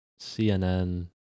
CNN